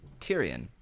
Tyrion